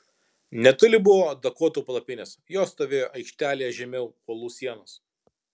netoli buvo dakotų palapinės jos stovėjo aikštelėje žemiau uolų sienos